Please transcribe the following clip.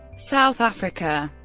south africa